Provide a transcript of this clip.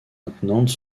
attenantes